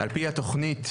ע"פ התוכנית,